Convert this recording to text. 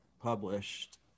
published